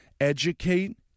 educate